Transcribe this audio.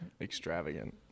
extravagant